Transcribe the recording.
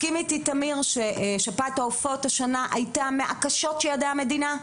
תסכים איתי ששפעת העופות השנה הייתה מהקשות שידע המדינה,